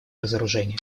разоружение